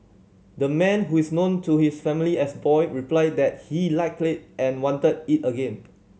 the man who is known to his family as Boy replied that he likely and wanted it again